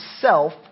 self